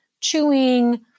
chewing